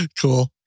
Cool